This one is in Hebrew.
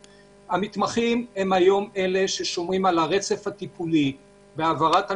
המתמחים הם אלה ששומרים על הרצף הטיפולי והעברת המשמרות.